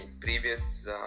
previous